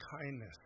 kindness